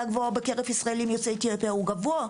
גבוהה בקרב ישראליים יוצאי אתיופיה הוא גבוה,